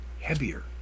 heavier